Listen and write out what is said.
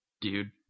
dude